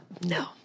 no